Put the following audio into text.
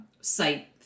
site